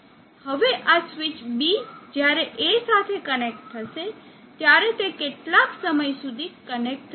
હવે આ switch B જયારે A સાથે કનેક્ટ થશે ત્યારે તે કેટલા સમય સુધી કનેક્ટ થશે